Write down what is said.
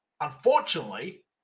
unfortunately